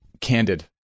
candid